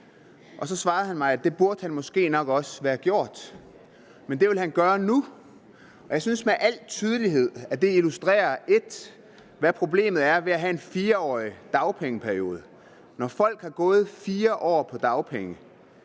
Så svarede han mig, at det burde han måske nok også have gjort, men at det ville han gøre nu. Jeg synes med al tydelighed, at det illustrerer, hvad problemet er ved at have en 4-årig dagpengeperiode. Når folk har gået 4 år på dagpenge,